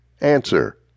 Answer